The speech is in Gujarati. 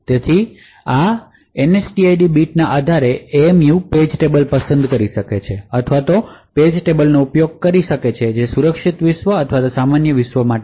તેથી આ NSTID બીટના આધારે એમએમયુ પેજ ટેબલ પસંદ કરી શકશે અથવા પેજ ટેબલનો ઉપયોગ કરી શકશે જે સુરક્ષિત વિશ્વ અથવા સામાન્ય વિશ્વ માટે છે